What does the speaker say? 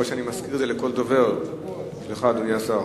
שאני מזכיר את זה לכל דובר, גם לך, אדוני השר.